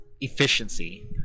efficiency